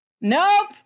Nope